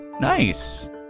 Nice